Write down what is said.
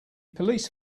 police